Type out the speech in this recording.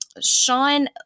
Sean